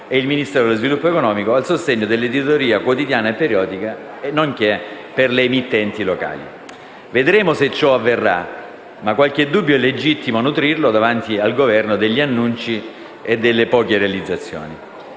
e il Ministero dello sviluppo economico a sostegno dell'editoria quotidiana e periodica e delle emittenti locali. Vedremo se ciò avverrà. Tuttavia, qualche dubbio è legittimo nutrirlo davanti al Governo degli annunci e delle poche realizzazioni.